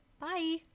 Bye